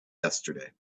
yesterday